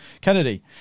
Kennedy